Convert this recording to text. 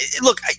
look